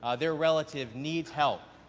ah their relative need help,